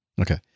Okay